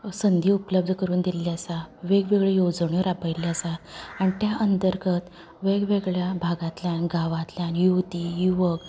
संदी उपल्बध करून दिल्लीं आसा वेगवेगळ्यो येवजण्यो राबयल्ल्यो आसा त्या अंतर्गत वेगवेगळ्या भागांतल्यान गांवांतल्यान येवन ती युवक